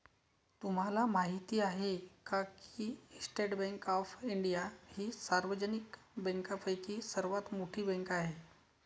तुम्हाला माहिती आहे का की स्टेट बँक ऑफ इंडिया ही सार्वजनिक बँकांपैकी सर्वात मोठी बँक आहे